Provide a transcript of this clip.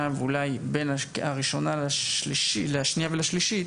ואולי בין הקריאה הראשונה לשנייה ולשלישית